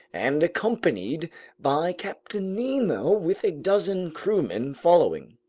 and accompanied by captain nemo with a dozen crewmen following,